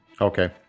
Okay